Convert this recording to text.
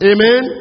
Amen